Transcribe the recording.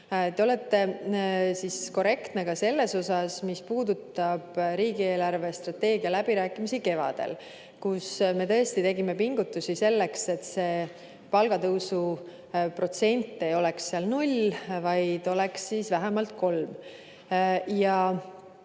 Te olete korrektne ka selles osas, mis puudutab riigi eelarvestrateegia läbirääkimisi kevadel, kus me tõesti tegime pingutusi, et see palgatõusu protsent ei oleks null, vaid oleks vähemalt kolm.